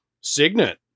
signet